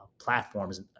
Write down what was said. platforms